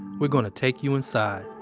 we're gonna take you inside.